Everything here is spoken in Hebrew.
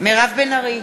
מירב בן ארי,